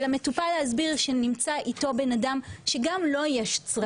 ולמטופל להסביר שנמצא איתו בן-אדם שגם לו יש צרכים.